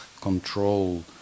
control